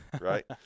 right